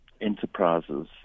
enterprises